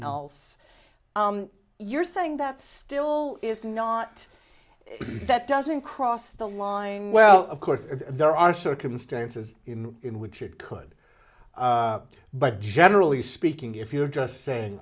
else you're saying that still is not that doesn't cross the line well of course there are circumstances in which it could but generally speaking if you're just saying